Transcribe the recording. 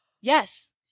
Yes